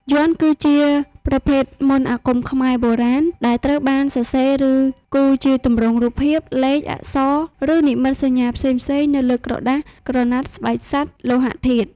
យ័ន្ត គឺជាប្រភេទមន្តអាគមខ្មែរបុរាណ ដែលត្រូវបានសរសេរ ឬគូរជាទម្រង់រូបភាព លេខ អក្សរ ឬនិមិត្តសញ្ញាផ្សេងៗនៅលើក្រដាស ក្រណាត់ ស្បែកសត្វ លោហៈធាតុ។